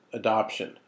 adoption